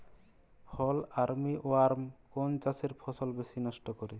ফল army worm কোন চাষের ফসল বেশি নষ্ট করে?